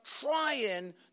trying